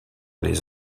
des